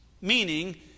meaning